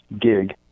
gig